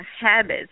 habits